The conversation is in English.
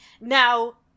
Now